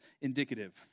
indicative